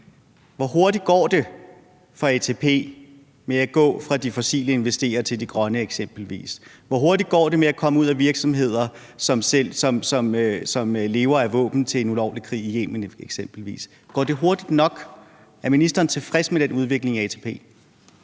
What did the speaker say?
Hvor hurtigt går det for ATP med eksempelvis at gå fra de fossile investeringer til de grønne? Hvor hurtigt går det med eksempelvis at komme ud af virksomheder, som lever af våben til en ulovlig krig i Yemen? Går det hurtigt nok? Er ministeren tilfreds med den udvikling i ATP?